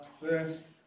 first